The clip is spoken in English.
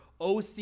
OC